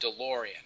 DeLorean